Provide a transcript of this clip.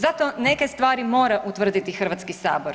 Zato neke stvari mora utvrditi Hrvatski sabor.